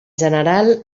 general